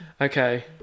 okay